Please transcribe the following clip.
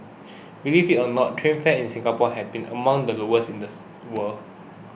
believe it or not train fares in Singapore have been among the lowest in the world